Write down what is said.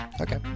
Okay